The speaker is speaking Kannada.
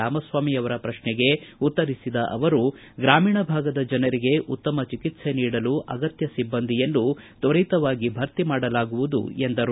ರಾಮಸ್ವಾಮಿ ಅವರ ಪ್ರಶ್ನೆಗೆ ಉತ್ತರಿಸಿದ ಅವರು ಗ್ರಾಮೀಣ ಭಾಗದ ಜನರಿಗೆ ಉತ್ತಮ ಚಿಕಿತ್ಸೆ ನೀಡಲು ಅಗತ್ತ ಸಿಬ್ಬಂದಿಯನ್ನು ತ್ವರಿತವಾಗಿ ಭರ್ತಿ ಮಾಡಲಾಗುವುದು ಎಂದರು